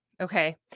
okay